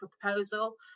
proposal